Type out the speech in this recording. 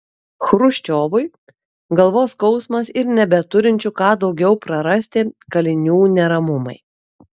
chruščiovui galvos skausmas ir nebeturinčių ką daugiau prarasti kalinių neramumai